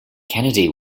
kennedy